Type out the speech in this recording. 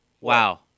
Wow